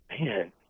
man